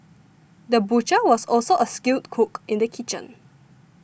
the butcher was also a skilled cook in the kitchen